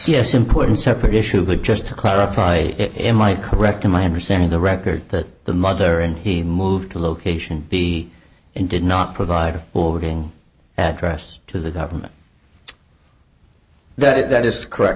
yes important separate issue but just to clarify it might correct in my understanding the record that the mother and he moved to location b and did not provide a forwarding address to the government that is correct